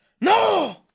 no